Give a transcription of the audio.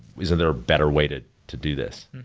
isn't there a better way to to do this?